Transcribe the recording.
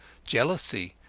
jealousy,